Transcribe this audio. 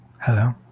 hello